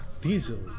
diesel